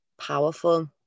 powerful